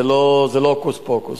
זה לא הוקוס-פוקוס,